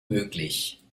möglich